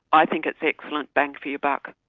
i think it's excellent bang for your buck,